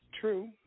true